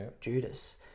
Judas